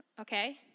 okay